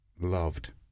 loved